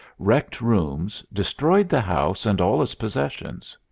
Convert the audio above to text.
wrecked rooms, destroyed the house and all its possessions.